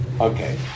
Okay